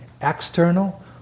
external